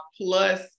plus